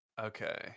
Okay